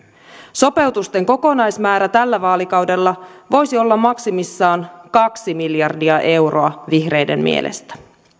sopeutusten kokonaismäärä tällä vaalikaudella voisi olla maksimissaan kaksi miljardia euroa vihreiden mielestä